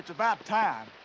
it's about time.